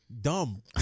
Dumb